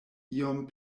iom